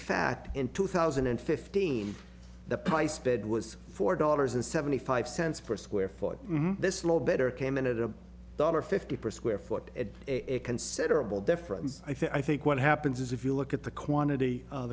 fact in two thousand and fifteen the price bed was four dollars and seventy five cents per square foot this lot better came in at a dollar fifty per square foot at a considerable difference i think what happens is if you look at the quantity